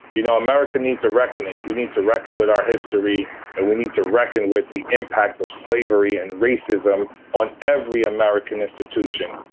you know, america needs a reckoning. we need to reckon with our history and we need to reckon with the impact of slavery and racism on every american institution.